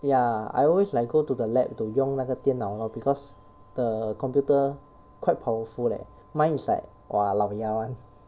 ya I always like go to the lab to 用那个电脑 lor because the computer quite powerful leh mine is like !wah! 老牙 [one]